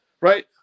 right